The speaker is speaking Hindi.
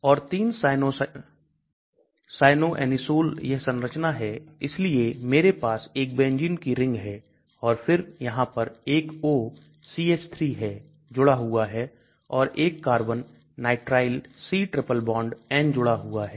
और 3 cyanoanisole यह संरचना है इसलिए मेरे पास एक बेंजीन की रिंग है और फिर यहां पर एक O CH3 है जुड़ा हुआ है और एक carbon nitrile C triple bond N जुड़ा हुआ है